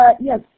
Yes